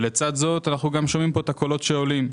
לצד זה אנחנו גם שומעים כאן את הקולות שעולים.